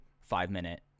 five-minute